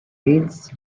males